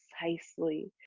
precisely